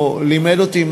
או לימד אותי,